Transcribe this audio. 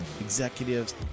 executives